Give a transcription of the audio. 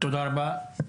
תודה רבה.